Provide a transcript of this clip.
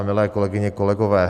Milé kolegyně, kolegové.